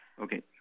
Okay